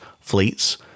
fleets